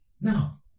Now